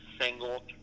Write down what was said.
single